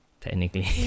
technically